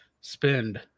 spend